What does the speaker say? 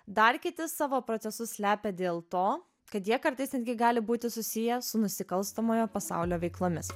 dar kiti savo procesus slepia dėl to kad jie kartais netgi gali būti susiję su nusikalstamojo pasaulio veiklomis